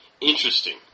interesting